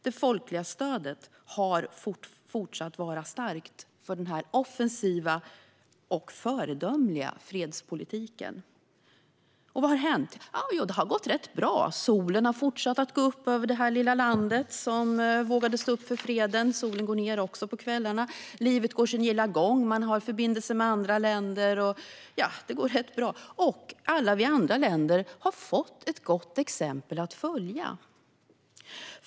Det folkliga stödet fortsätter att vara starkt för denna offensiva och föredömliga fredspolitik. Hur har det då gått? Jo, rätt bra. Solen fortsätter att gå upp och ned över detta lilla land som vågade stå upp för freden, och livet går sin gilla gång. Man har förbindelser med andra länder, och alla vi andra länder har fått ett gott exempel att följa.